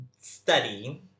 study